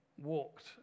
walked